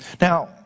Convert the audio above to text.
Now